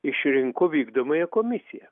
išrinko vykdomąją komisiją